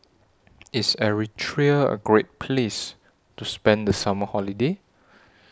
IS Eritrea A Great Place to spend The Summer Holiday